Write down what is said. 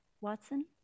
Watson